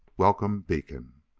welcome beacon.